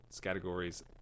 categories